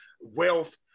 wealth